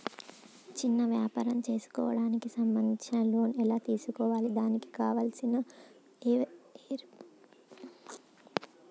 చిన్న వ్యాపారం చేసుకుంటాను దానికి సంబంధించిన లోన్స్ ఎలా తెలుసుకోవాలి దానికి కావాల్సిన పేపర్లు ఎవరిస్తారు?